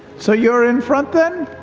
so you're in front then?